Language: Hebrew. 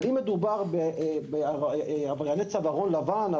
אבל אם מדובר בעברייני צווארון לבן,